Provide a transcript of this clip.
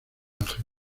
ángeles